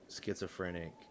schizophrenic